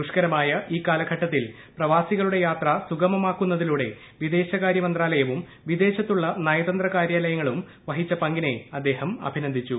ദുഷ്കരമായ ഈ കാലഘട്ടത്തിൽ പ്രവാസികളുടെ യാത്ര സുഗമമാക്കുന്നതിലൂടെ വിദേശകാര്യ മന്ത്രാലയവും വിദേശത്തുള്ള നയതന്ത്ര കാര്യാലയങ്ങളും വഹിച്ച പങ്കിനെ അദ്ദേഹം അഭിനന്ദിച്ചു